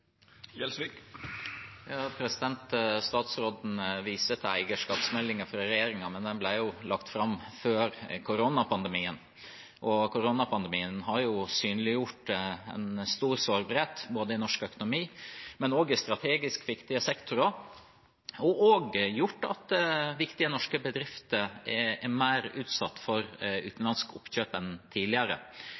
Statsråden viste til eierskapsmeldingen fra regjeringen, men den ble jo lagt fram før koronapandemien. Koronapandemien har synliggjort en stor sårbarhet, både i norsk økonomi og i strategisk viktige sektorer. Det har også gjort at viktige norske bedrifter er mer utsatt for utenlandsk oppkjøp enn tidligere.